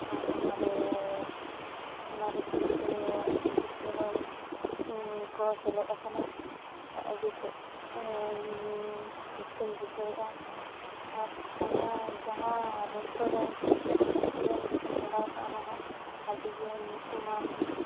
ᱟᱨ ᱚᱱᱟᱨᱮ ᱚᱱᱟ ᱨᱟᱹᱥᱠᱟᱹ ᱛᱮ ᱡᱚᱛᱚ ᱦᱚᱲ ᱠᱚ ᱥᱮᱞᱮᱫ ᱟᱠᱟᱱᱟ ᱟᱹᱰᱤᱛᱮᱫ ᱨᱟᱹᱥᱠᱟᱹᱧ ᱵᱩᱡᱷᱟᱹᱣᱮᱜᱼᱟ ᱟᱨ ᱚᱱᱟ ᱡᱟᱦᱟᱸ ᱨᱮᱥᱴᱩᱨᱮᱱᱴ ᱨᱤᱛᱟᱹᱥ ᱨᱮᱥᱴᱩᱨᱮᱱᱴ ᱠᱷᱚᱱᱟᱜ ᱤᱧ ᱚᱰᱟᱨ ᱟᱠᱟᱫ ᱚᱱᱟ ᱦᱚᱸ ᱟᱹᱰᱤ ᱜᱮ ᱧᱩᱛᱩᱢᱟᱱ